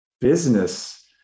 business